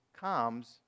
comes